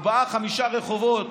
ארבעה-חמישה רחובות,